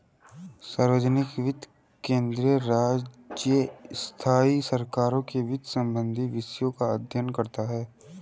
सार्वजनिक वित्त केंद्रीय, राज्य, स्थाई सरकारों के वित्त संबंधी विषयों का अध्ययन करता हैं